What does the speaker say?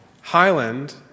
Highland